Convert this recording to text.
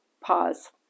Pause